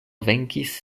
venkis